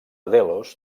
delos